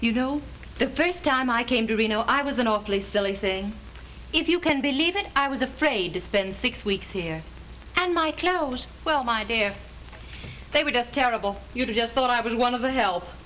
you know the first time i came to be no i was an awfully silly thing if you can believe it i was afraid to spend six weeks here and my clothes well my dear they would have terrible you just thought i was one of the he